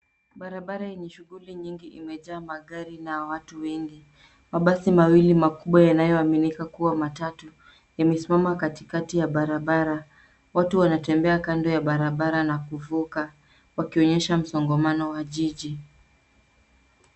Barabara yenye shughuli nyingi imejaa magari na watu wengi. Mabasi mawili makubwa yanayoaminika kuwa matatu yamesimama katikati ya barabara. Watu wanatembea kando ya barabara na kuvuka wakionyesha msongamano wa jiji.